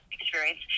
experience